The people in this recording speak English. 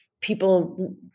people